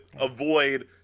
avoid